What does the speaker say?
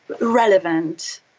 relevant